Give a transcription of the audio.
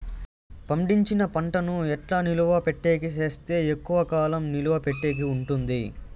పండించిన పంట ను ఎట్లా నిలువ పెట్టేకి సేస్తే ఎక్కువగా కాలం నిలువ పెట్టేకి ఉంటుంది?